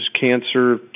cancer